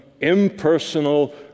impersonal